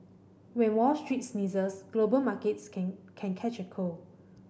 when Wall Street sneezes global markets can can catch a cold